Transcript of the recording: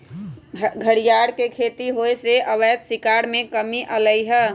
घरियार के खेती होयसे अवैध शिकार में कम्मि अलइ ह